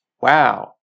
Wow